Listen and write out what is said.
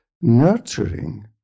nurturing